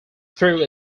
through